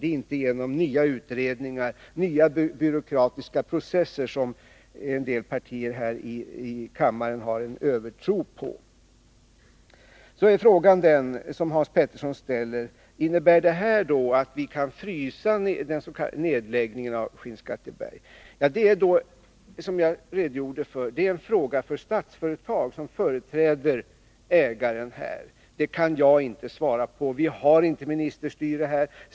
Det är inte genom nya utredningar och nya byråkratiska processer som en del partier här i kammaren har en övertro på. Hans Petersson frågar om detta innebär att vi kan frysa nedläggningen i Skinnskatteberg. Som jag redogjorde för är detta en fråga för Statsföretag som företräder ägaren. Det kan jag inte svara på. Vi har inte ministerstyre.